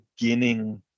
beginning